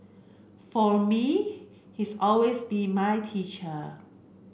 for me he's always be my teacher